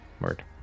Word